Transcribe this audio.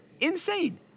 insane